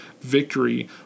victory